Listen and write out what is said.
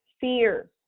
fear